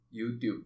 YouTube